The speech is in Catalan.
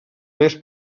més